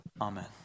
Amen